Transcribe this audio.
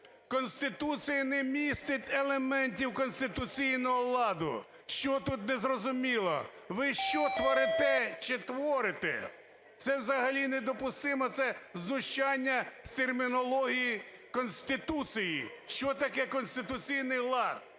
Конституція не містить елементів конституційного ладу, що тут не зрозуміло? Ви що творитЕ чи твОрите? Це взагалі недопустимо, це знущання з термінології Конституції, що таке конституційний лад.